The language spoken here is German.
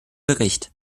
bericht